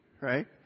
Right